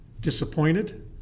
disappointed